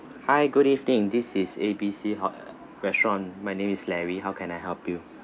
hi good evening this is A B C hot~ uh restaurant my name is larry how can I help you